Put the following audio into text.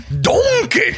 Donkey